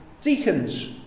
deacons